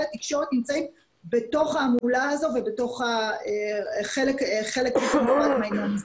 התקשורת נמצאים בתוך ההמולה הזו וחלק בלתי נפרד מהעניין הזה.